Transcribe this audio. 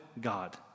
god